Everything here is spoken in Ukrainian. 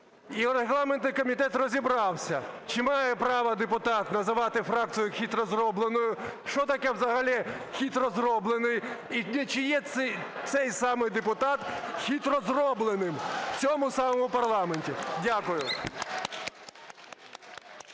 регламентний комітет розібрався чи має право депутат називати фракцію "хитро зробленою". Що таке взагалі "хитро зроблений". І чи є цей саме депутат хитро зробленим в цьому самому парламенті. Дякую.